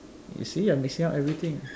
you see you're mixing up everything